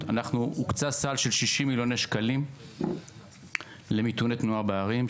הוקצה סל של 60 מיליוני שקלים למיתוני תנועה בערים,